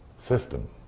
system